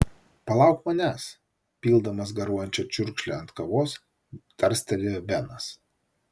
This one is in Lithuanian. palauk manęs pildamas garuojančią čiurkšlę ant kavos tarstelėjo benas